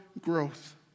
growth